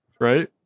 right